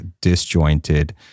disjointed